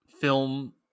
film